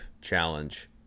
challenge